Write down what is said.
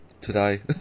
today